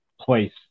place